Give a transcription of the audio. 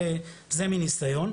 זה מניסיון.